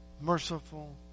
merciful